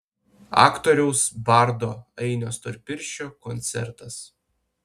aktoriaus bardo ainio storpirščio koncertas